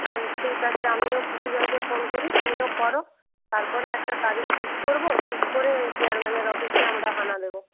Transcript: হুম ঠিক আছে আমিও কিছু জনকে ফোন করি তুমিও করো তারপরে একটা তারিখ ঠিক করব ঠিক করে চেয়ারম্যানের অফিসে আমরা হানা দেবো